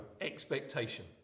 expectation